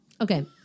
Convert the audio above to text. Okay